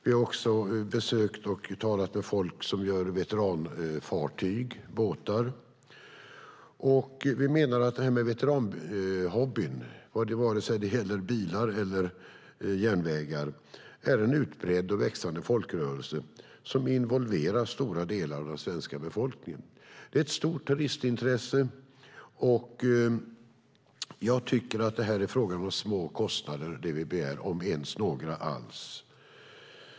Vi har talat med människor som gör veteranfartyg. Vi menar att veteranhobbyn, oavsett om det gäller bilar eller järnvägar, är en utbredd och växande folkrörelse som involverar stora delar av den svenska befolkningen. Det är ett stort turistintresse. Det vi begär handlar om små kostnader, om ens några alls.